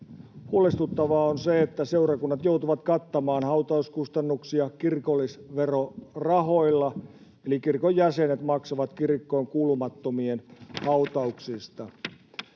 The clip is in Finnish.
Huolestuttavaa on se, että seurakunnat joutuvat kattamaan hautauskustannuksia kirkollisverorahoilla eli kirkon jäsenet maksavat kirkkoon kuulumattomien hautauksista.